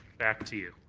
back to you.